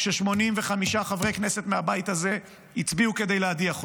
כש-85 חברי כנסת מהבית הזה הצביעו כדי להדיח אותו.